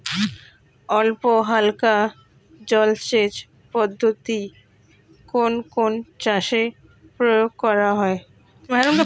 অল্পহালকা জলসেচ পদ্ধতি কোন কোন চাষে প্রয়োগ করা হয়?